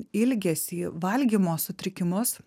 ilgesį valgymo sutrikimus